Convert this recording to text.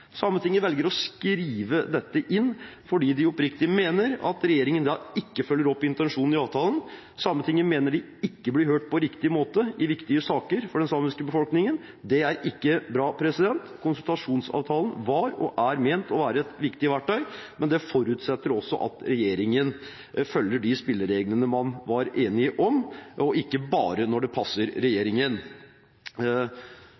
Sametinget velger å skrive dette inn fordi de oppriktig mener at regjeringen ikke følger opp intensjonen i avtalen. Sametinget mener de ikke blir hørt på riktig måte i viktige saker for den samiske befolkningen. Det er ikke bra. Konsultasjonsavtalen var og er ment å være et viktig verktøy, men det forutsetter at regjeringen følger de spillereglene man var enige om, og ikke bare når det passer regjeringen.